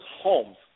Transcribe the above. homes